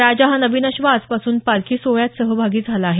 राजा हा नवीन अश्व आजपासून पालखी सोहळ्यात सहभागी झाला आहे